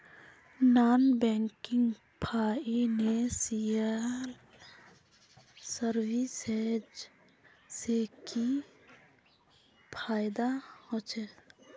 Non banking financial services से की फायदा होचे?